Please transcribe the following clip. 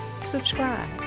subscribe